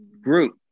group